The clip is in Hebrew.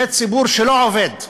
זה ציבור שלא עובד,